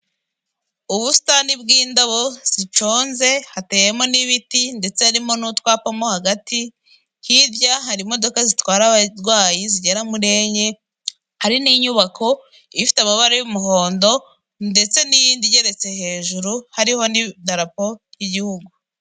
Ubusitani bw'indabo ziconze hateyemo n'ibiti ndetse harimo n'utwapa mo hagati, hirya hari imodoka zitwara abarwayi zigera muri enye, hari n'inyubako ifite amabara y'umuhondo ndetse n'iyindi igeretse hejuru hariho n'idarapo ry'igihugu.